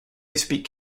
speak